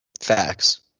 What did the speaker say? Facts